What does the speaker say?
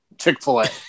Chick-fil-A